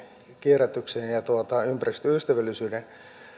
kierrätyksen ja ympäristöystävällisyyden